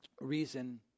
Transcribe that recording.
reason